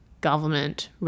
government